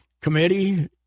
committee